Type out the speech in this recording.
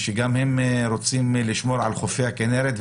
גם הם רוצים לשמור על חופי הכינרת,